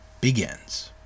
begins